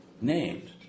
named